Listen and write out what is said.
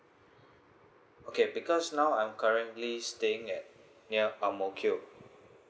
okay because now I'm currently staying at near ang mo kio